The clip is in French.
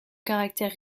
caractère